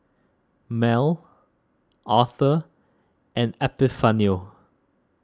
Mal Author and Epifanio